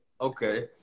Okay